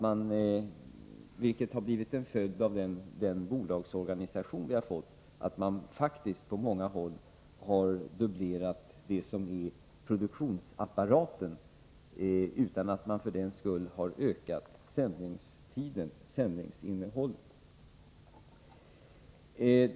Men som en följd av den bolagsorganisation vi har fått har man faktiskt på många håll dubblerat produktionsapparaten utan att för den skull öka sändningsinnehållet.